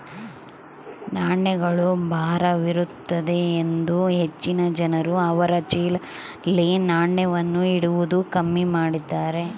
ನಾಣ್ಯಗಳು ಭಾರವಿರುತ್ತದೆಯೆಂದು ಹೆಚ್ಚಿನ ಜನರು ಅವರ ಚೀಲದಲ್ಲಿ ನಾಣ್ಯವನ್ನು ಇಡುವುದು ಕಮ್ಮಿ ಮಾಡಿದ್ದಾರೆ